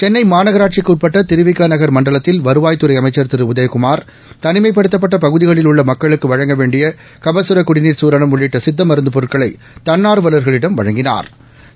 சென்னை மாநகராட்சிக்கு உட்பட்ட திருவிக நகர் மண்டலத்தில் வருவாய்த்துறை அமைச்சா திரு உதயகுமார் தனிமைப்படுத்தப்பட்ட பகுதிகளில் உள்ள மக்களுக்கு வழங்க வேண்டிய கபகர குடிநீர் கரணம் உள்ளிட்ட சித்த மருந்து பொருட்களை தன்னா்வல்களிடம் வழங்கினா்